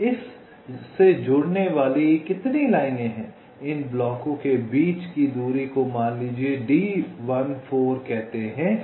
तो इससे जुड़ने वाली कितनी लाइनें हैं इन ब्लॉकों के बीच की दूरी को मान लीजिये d14 कहते हैं